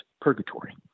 purgatory